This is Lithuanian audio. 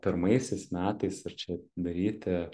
pirmaisiais metais ir čia daryti